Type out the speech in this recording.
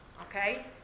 Okay